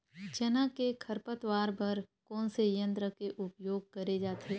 चना के खरपतवार बर कोन से यंत्र के उपयोग करे जाथे?